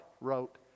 wrote